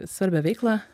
svarbią veiklą